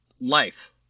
life